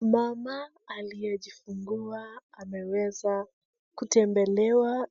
Mama aliyejifungua ameweza kutembelewa